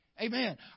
Amen